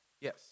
Yes